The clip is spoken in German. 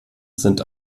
sind